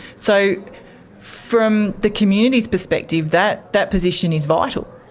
so from the community's perspective, that that position is vital.